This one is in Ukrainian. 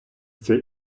цей